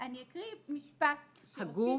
אקריא משפט שאותי באופן אישי --- הגוף